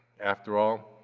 after all,